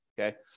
okay